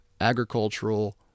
Agricultural